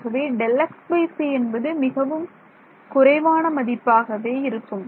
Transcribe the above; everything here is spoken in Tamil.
ஆகவே Δxc என்பது மிகவும் குறைவான மதிப்பாகவே இருக்கும்